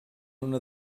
una